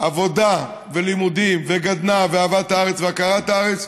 עבודה ולימודים וגדנ"ע ואהבת הארץ והכרת הארץ,